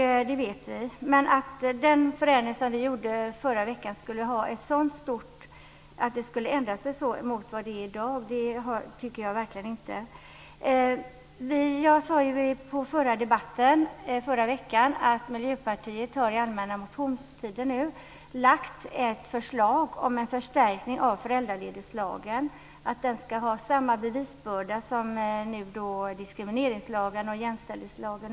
Jag tycker verkligen inte att den förändring som vi bidrog till i förra veckan medför någon stor förändring mot vad som gäller i dag. Jag sade förra veckan att vi från Miljöpartiet har under den allmänna motionstiden lagt fram ett förslag om en förstärkning av föräldraledighetslagen. Bevisbördan ska vara densamma som gäller för diskrimineringslagen och jämställdhetslagen.